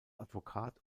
advokat